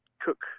cook